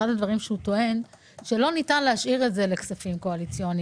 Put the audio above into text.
אחד הדברים שהוא טוען זה שלא ניתן להשאיר את זה לכספים קואליציוניים.